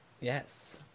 Yes